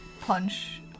punch